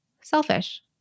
selfish